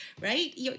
right